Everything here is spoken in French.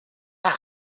pas